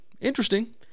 interesting